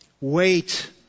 Wait